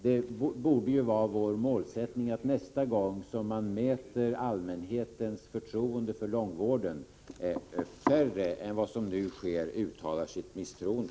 Det borde vara vår målsättning att nästa gång man mäter allmänhetens förtroende för långvården färre än vad som nu sker uttalar sitt misstroende.